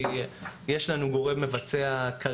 כי יש לנו כרגע גורם מבצע לאומי.